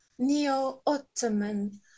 neo-Ottoman